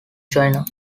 china